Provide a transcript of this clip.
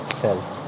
cells